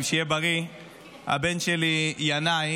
הבן שלי ינאי,